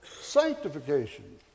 sanctification